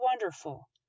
wonderful